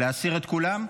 להסיר את כולן?